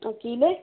تو کیلیں